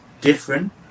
different